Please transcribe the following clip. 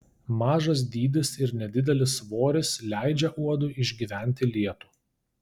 mažas dydis ir nedidelis svoris leidžia uodui išgyventi lietų